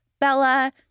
Bella